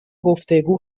گفتگو